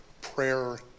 prayer